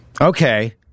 Okay